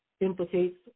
implicates